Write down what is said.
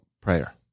prayer